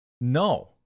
No